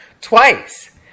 twice